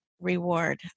reward